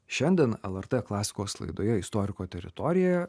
šiandien lrt klasikos laidoje istoriko teritorijoje